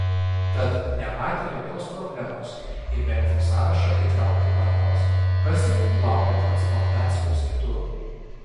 tad nematė jokios problemos į memfio sąrašą įtraukti ką nors kas jau laukė transplantacijos kitur